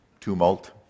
tumult